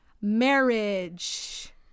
Marriage